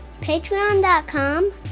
Patreon.com